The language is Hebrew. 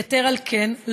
יתר על כן,